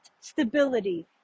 stability